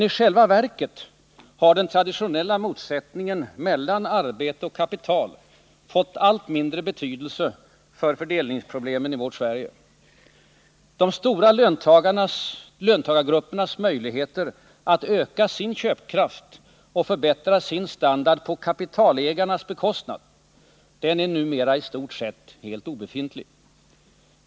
I själva verket har emellertid den traditionella motsättningen mellan arbete och kapital fått allt mindre betydelse för fördelningsproblemen i vårt Sverige. De stora löntagargruppernas möjligheter att öka sin köpkraft och förbättra sin standard på kapitalägarnas bekostnad är numera i stort sett obefintlig.